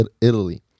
Italy